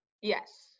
Yes